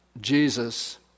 Jesus